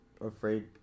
afraid